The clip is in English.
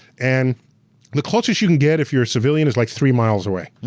and the closest you can get if you're a civilian is like three miles away.